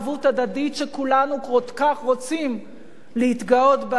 הדדית שכולנו כל כך רוצים להתגאות בה,